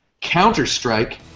Counter-Strike